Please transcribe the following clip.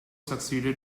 succeeded